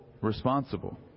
responsible